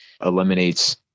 eliminates